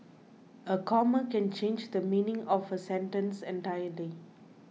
a comma can change the meaning of a sentence entirely